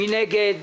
מי נגד?